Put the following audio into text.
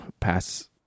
pass